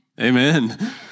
Amen